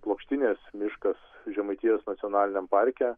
plokštinės miškas žemaitijos nacionaliniam parke